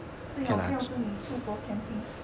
最好不要跟你出国 camping